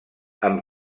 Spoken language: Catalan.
amb